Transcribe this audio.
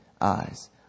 eyes